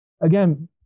again